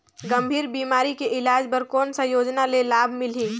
गंभीर बीमारी के इलाज बर कौन सा योजना ले लाभ मिलही?